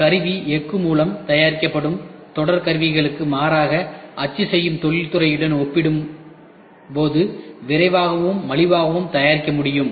கருவி எஃகு மூலம் தயாரிக்கப்படும் தொடர் கருவிகளுக்கு மாறாக அச்சு செய்யும் தொழிற்துறையுடன் ஒப்பிடும்போது விரைவாகவும் மலிவாகவும் தயாரிக்க முடியும்